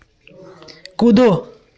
कूदो